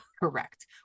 Correct